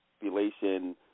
Population